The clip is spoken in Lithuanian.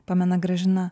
pamena gražina